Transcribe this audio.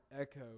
echo